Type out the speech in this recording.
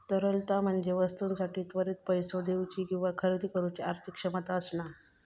तरलता म्हणजे वस्तूंसाठी त्वरित पैसो देउची किंवा खरेदी करुची आर्थिक क्षमता असणा